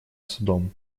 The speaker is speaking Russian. судом